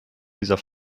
dieser